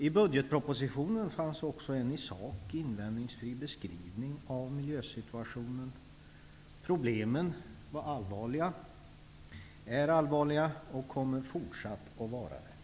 I budgetpropositionen fanns också en i sak invändningsfri beskrivning av miljösituationen. Problemen är, var och kommer att fortsätta att vara allvarliga.